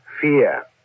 fear